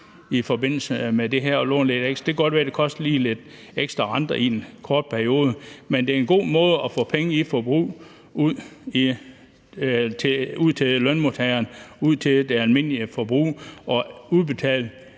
i forbindelse med det her og låne lidt ekstra. Det kan godt være, at det lige koster lidt ekstra renter i en kort periode, men det er en god måde at få penge ud til lønmodtageren til det almindelige forbrug at udbetale